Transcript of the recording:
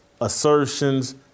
assertions